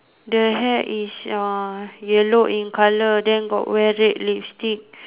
the hair is uh yellow in colour then got wear red lipstick